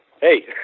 hey